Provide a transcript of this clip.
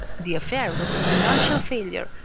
the affair was a financial failure,